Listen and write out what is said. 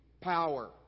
power